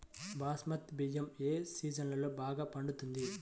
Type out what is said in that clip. బాస్మతి బియ్యం ఏ సీజన్లో బాగా పండుతుంది?